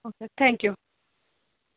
okay thank you